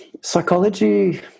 psychology